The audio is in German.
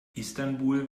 istanbul